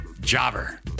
Jobber